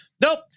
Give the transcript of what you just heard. Nope